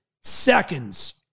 seconds